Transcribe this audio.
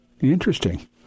interesting